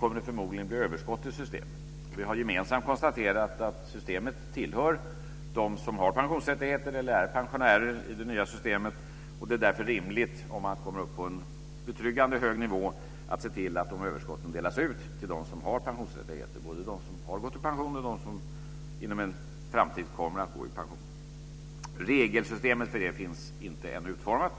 kommer det förmodligen att bli överskott i systemet, och vi har gemensamt konstaterat att systemet tillhör dem som har pensionsrättigheter eller som är pensionärer i det nya systemet. Det är därför rimligt, om man kommer upp på en betryggande hög nivå, att se till att de överskotten delas ut till dem som har pensionsrättigheter - det gäller både de som har gått i pension och de som inom en framtid kommer att gå i pension. Regelsystemet för detta finns ännu inte utformat.